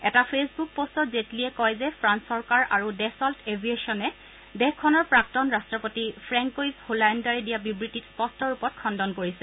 এটা ফেচবুক পষ্টত জেটলীয়ে কয় যে ফ্ৰান্স চৰকাৰ আৰু ডেচল্ট এভিয়েশ্যনে দেশখনৰ প্ৰাক্তন ৰট্টপতি ফ্ৰেংকইজ হোলাগুেয়ে দিয়া বিবৃতিত স্পষ্ট ৰূপত খণ্ডন কৰিছে